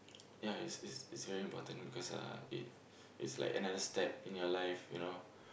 ya is is is very important because uh it it's like another step in your life you know